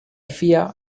vier